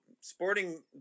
Sporting